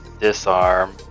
disarm